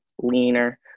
leaner